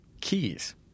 Keys